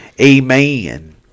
Amen